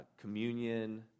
communion